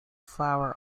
flower